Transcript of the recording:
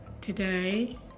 today